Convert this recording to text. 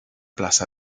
place